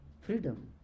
freedom